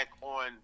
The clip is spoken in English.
on